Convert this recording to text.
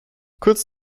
kurz